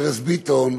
ארז ביטון.